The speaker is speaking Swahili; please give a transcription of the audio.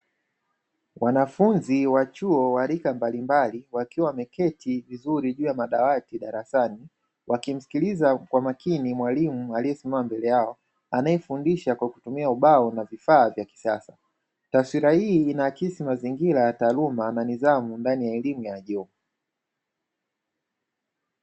Wanafunzi wa chuo wa rika mbalimbali wakiwa wameketi vizuri juu ya madawati darasani, wakimsikiliza kwa makini mwalimu aliyesimama mbele yao, anayefundisha kwa kutumia ubao na vifaa vya kisasa. Taswira hii inaakisi mazingira ya taaluma na nidhamu ndani ya elimu ya juu.